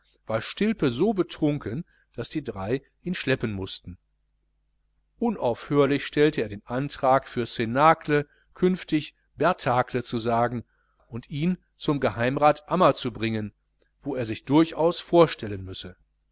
war stilpe so betrunken daß die drei ihn schleppen mußten unaufhörlich stellte er den antrag für cnacle künftig berthacle zu sagen und ihn zum geheimrat ammer zu bringen wo er sich durchaus vorstellen müsse